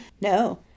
No